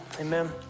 Amen